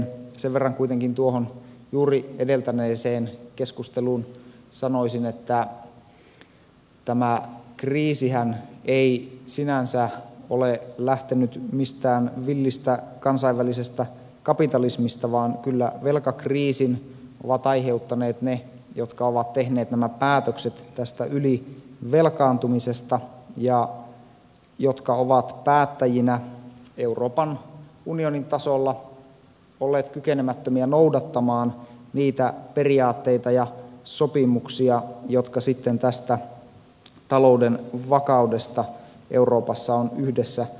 sen verran kuitenkin tuohon juuri edeltäneeseen keskusteluun sanoisin että tämä kriisihän ei sinänsä ole lähtenyt mistään villistä kansainvälisestä kapitalismista vaan kyllä velkakriisin ovat aiheuttaneet ne jotka ovat tehneet nämä päätökset tästä ylivelkaantumisesta ja jotka ovat päättäjinä euroopan unionin tasolla olleet kykenemättömiä noudattamaan niitä periaatteita ja sopimuksia jotka tästä talouden vakaudesta euroopassa on yhdessä sovittu